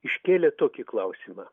iškėlė tokį klausimą